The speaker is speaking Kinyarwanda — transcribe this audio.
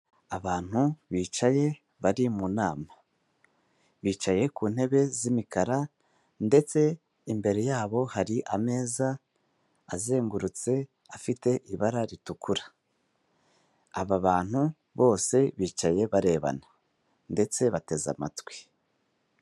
Abantu bicaye, bari mu nama. Bicaye ku ntebe z'imikara, ndetse imbere yabo hari ameza azengurutse, afite ibara ritukura. Aba bantu bose bicaye barebana. Ndetse bateze amatwi.